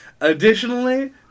Additionally